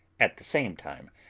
at the same time,